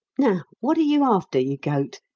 now, what are you after, you goat?